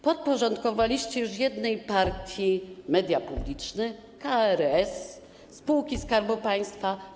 Podporządkowaliście już jednej partii media publiczne, KRS, spółki Skarbu Państwa.